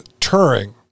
Turing